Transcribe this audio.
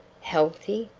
healthy!